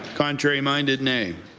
contrary-minded, nay?